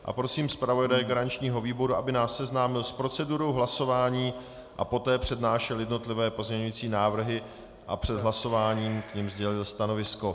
Prosím zpravodaje garančního výboru, aby nás seznámil s procedurou hlasování a poté přednášel jednotlivé pozměňovací návrhy a před hlasováním k nim sdělil stanovisko.